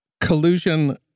collusion